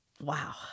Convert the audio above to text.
Wow